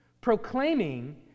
proclaiming